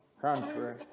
country